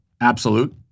absolute